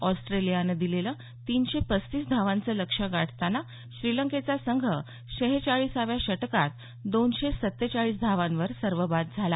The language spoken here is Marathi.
ऑस्ट्रेलियानं दिलेलं तीनशे पस्तीस धावांचं लक्ष्य गाठतांना श्रीलंकेचा संघ शेहेचाळीसाव्या षटकांत दोनशे सत्तेचाळीस धावांवर सर्वबाद झाला